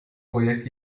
projekt